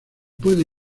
puede